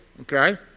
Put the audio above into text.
okay